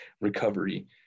recovery